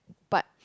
but